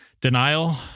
denial